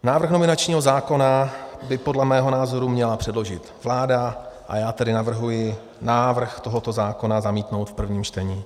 Návrh nominačního zákona by podle mého názoru měla předložit vláda, a já tedy navrhuji návrh tohoto zákona zamítnout v prvním čtení.